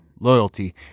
loyalty